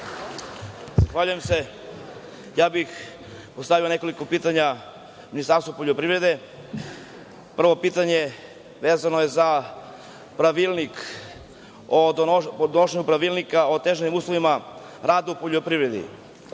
Zahvaljujem se. Ja bih postavio nekoliko pitanja Ministarstvu poljoprivrede. Prvo pitanje je vezano za donošenje pravilnika o otežanim uslovima rada u poljoprivredi.